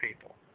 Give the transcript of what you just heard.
people